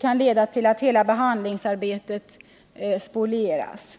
kan leda till att hela behandlingsarbetet spolieras.